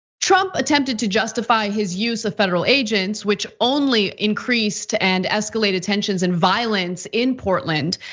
trump attempted to justify his use of federal agents which only increased and escalated tensions and violence in portland.